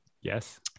Yes